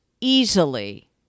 easily